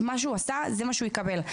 מה שהוא עשה זה מה שהוא יקבל.